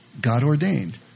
God-ordained